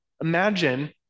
Imagine